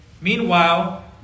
Meanwhile